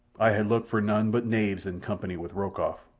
i had looked for none but knaves in company with rokoff.